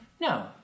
No